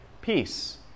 peace